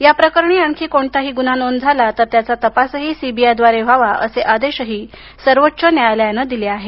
याप्रकरणी आणखी कोणताही गुन्हा नोंद झाला तर त्याचा तपास ही सीबीआयद्वारे व्हावा असे आदेशही सर्वोच्च न्यायालयाने दिले आहेत